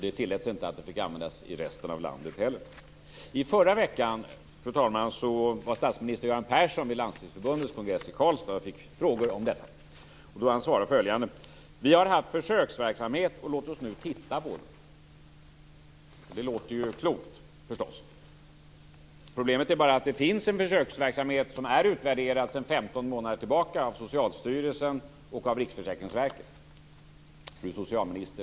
Det tilläts inte att den fick användas i resten av landet heller. Persson vid Landstingsförbundets kongress i Karlstad och fick frågor om detta. Han svarade följande: Vi har haft försöksverksamhet. Låt oss nu titta på den. Det låter ju klokt, förstås. Problemet är bara att det finns en försöksverksamhet som är utvärderad sedan 15 månader tillbaka av Socialstyrelsen och av Fru socialminister!